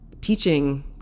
teaching